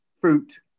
fruit